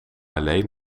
alleen